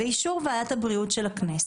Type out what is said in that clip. באישור ועדת הבריאות של הכנסת.